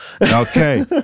Okay